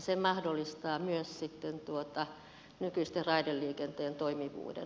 se mahdollistaa sitten myös nykyisen raideliikenteen toimivuuden